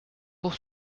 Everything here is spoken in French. pour